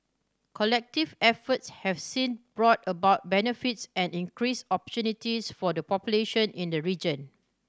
collective efforts have since brought about benefits and increased opportunities for the population in the region